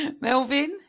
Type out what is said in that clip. Melvin